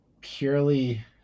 purely